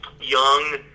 young